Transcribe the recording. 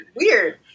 Weird